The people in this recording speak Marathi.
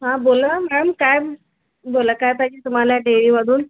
हां बोला मॅम काय बोला काय पाहिजे तुम्हाला डेरीमधून